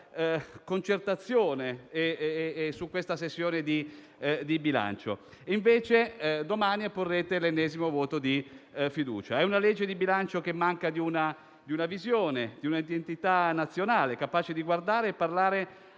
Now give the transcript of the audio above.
concertazione su questa sessione di bilancio. Invece domani apporrete l'ennesimo voto di fiducia a una legge di bilancio che manca di una visione e di una identità nazionale capaci di parlare agli